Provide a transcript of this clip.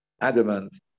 adamant